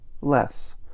less